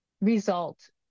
result